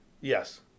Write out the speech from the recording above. Yes